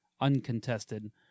Uncontested